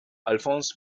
alphonse